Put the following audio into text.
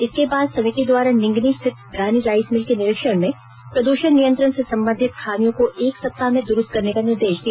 इसके बाद समिति द्वारा निंगनी स्थित रानी राईस मिल के निरीक्षण में प्रद्यषण नियंत्रण से संबंधित खामियों को एक सप्ताह में दुरुस्त करने का निर्देश दिया